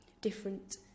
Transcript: different